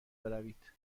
بروید